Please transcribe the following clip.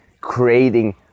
creating